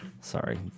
Sorry